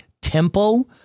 tempo